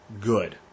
good